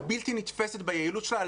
היא בלתי נתפסת ביעילות שלה.